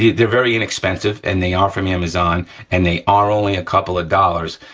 they're very inexpensive and they are from amazon and they are only a couple of dollars,